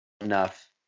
enough